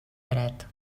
dret